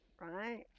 right